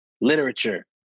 literature